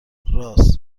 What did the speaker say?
راس